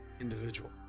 individual